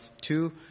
two